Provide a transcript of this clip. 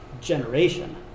generation